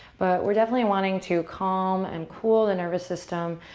but, we're definitely wanting to calm and cool the nervous system.